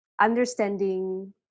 understanding